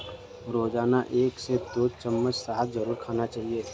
रोजाना एक से दो चम्मच शहद जरुर खाना चाहिए